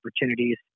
opportunities